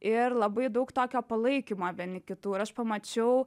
ir labai daug tokio palaikymo vieni kitų ir aš pamačiau